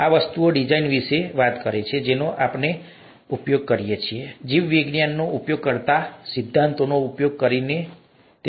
આ વસ્તુઓની ડિઝાઇન વિશે વાત કરે છે જેનો આપણે ઉપયોગ કરીએ છીએ જીવવિજ્ઞાનનો ઉપયોગ કરતા સિદ્ધાંતોનો ઉપયોગ કરીને ઠીક છે